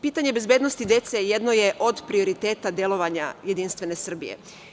Pitanje bezbednosti dece jedno je od prioriteta delovanja Jedinstvene Srbije.